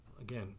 Again